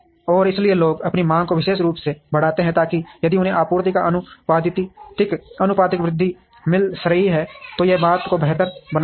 और इसलिए लोग अपनी मांग को विशेष रूप से बढ़ाते हैं ताकि यदि उन्हें आपूर्ति का आनुपातिक वृद्धि मिल रही है तो यह बात को बेहतर बनाता है